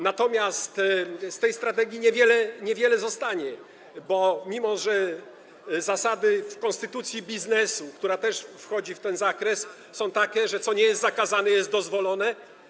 Natomiast z tej strategii niewiele zostanie, bo mimo że w konstytucji biznesu, która też wchodzi w ten zakres, zasady są takie, że co nie jest zakazane, jest dozwolone.